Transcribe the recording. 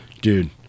Dude